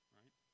right